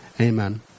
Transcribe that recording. Amen